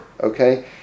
okay